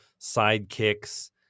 sidekicks